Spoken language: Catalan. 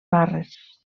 barres